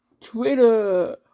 Twitter